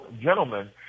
gentlemen